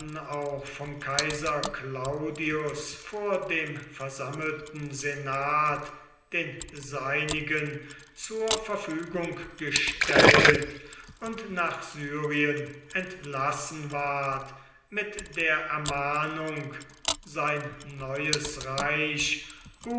auch vom kaiser claudius vor dem versammelten senat den seinigen zur verfügung gestellt und nach syrien entlassen ward mit der ermahnung sein neues reich